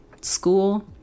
school